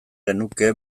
genuke